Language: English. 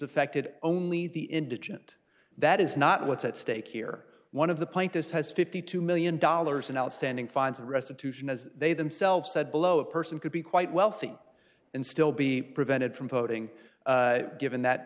affected only the indigent that is not what's at stake here one of the plaintiff has fifty two million dollars in outstanding fines and restitution as they themselves said below a person could be quite wealthy and still be prevented from voting given that